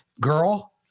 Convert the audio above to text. girl